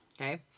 Okay